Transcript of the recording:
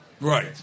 right